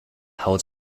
held